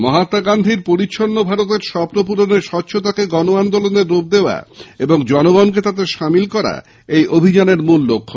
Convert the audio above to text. মহাত্মা গান্ধীর পরিচ্ছন্ন ভারতের স্বপ্ন পূরণে স্বচ্ছতাকে গণ আন্দোলনের রূপ দেওয়া এবং জনগণকে তাতে সামিল করা এই অভিযানের মুল লক্ষ্য